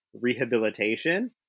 rehabilitation